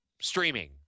streaming